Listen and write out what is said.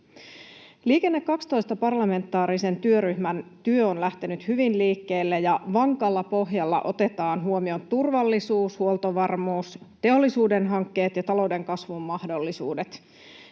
Liikenne 12 ‑parlamentaarisen työryhmän työ on lähtenyt hyvin liikkeelle, ja vankalla pohjalla otetaan huomioon turvallisuus, huoltovarmuus, teollisuuden hankkeet ja talouden kasvun mahdollisuudet.